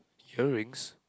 earrings